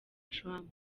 trump